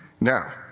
Now